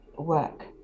work